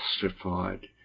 justified